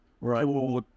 right